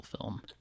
film